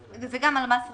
זה גם על מס רכישה.